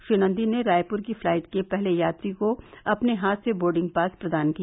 श्री नंदी ने रायपुर की फ्लाइट के पहले यात्री को अपने हाथ से बोर्डिंग पास प्रदान किया